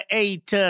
eight